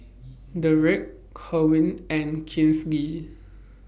Derrek Kerwin and Kinsley